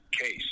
case